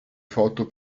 foto